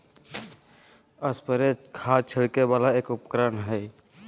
sprayer खाद छिड़के वाला एक उपकरण हय